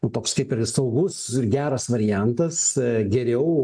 nu toks kaip ir saugus geras variantas geriau